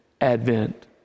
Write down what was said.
Advent